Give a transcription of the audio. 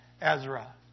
Ezra